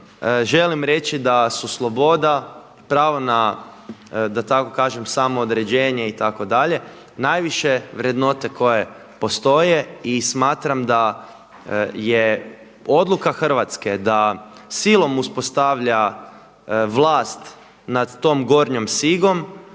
želim reći da su sloboda, pravo na da tako kažem samoodređenje itd. najviše vrednote koje postoje. I smatram da je odluka Hrvatske da silom uspostavlja vlast nad tom gornjom sigom